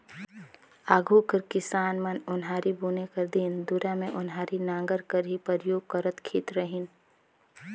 आघु कर किसान मन ओन्हारी बुने कर दिन दुरा मे ओन्हारी नांगर कर ही परियोग करत खित रहिन